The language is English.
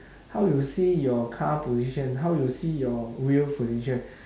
how you see your car position how you see your wheel position